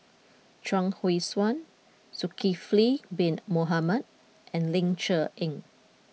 Chuang Hui Tsuan Zulkifli Bin Mohamed and Ling Cher Eng